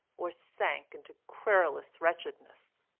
or sank into querulous wretchedness.